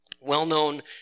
well-known